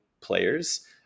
players